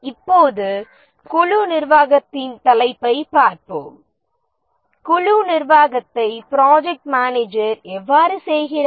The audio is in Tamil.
இப்போது குழு நிர்வாகத்தின் தலைப்பைப் பார்ப்போம் குழு நிர்வாகத்தை ப்ரொஜக்ட் மேனேஜர் எவ்வாறு செய்கிறார்